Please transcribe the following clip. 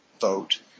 vote